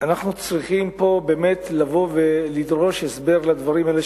אנחנו צריכים באמת לבוא ולדרוש הסבר לדברים האלה